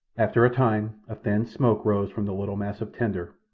after a time a thin smoke rose from the little mass of tinder,